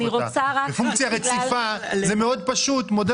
בפונקציה רציפה זה פשוט מאוד,